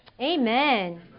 Amen